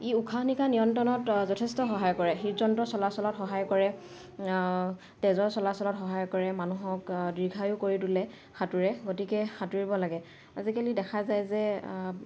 ই উশাহ নিশাহ নিয়ন্ত্ৰণত যথেষ্ট সহায় কৰে হৃদযন্ত্ৰৰ চলাচলত সহায় কৰে তেজৰ চলাচলাত সহায় কৰে মানুহক দীৰ্ঘায়ো কৰি তোলে সাঁতোৰে গতিকে সাঁতুৰিব লাগে আজিকালি দেখা যায় যে